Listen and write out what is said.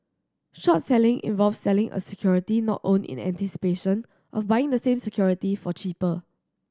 short selling involves selling a security not owned in anticipation of buying the same security for cheaper